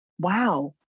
Wow